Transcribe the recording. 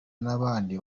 n’abandi